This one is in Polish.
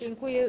Dziękuję.